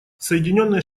соединенные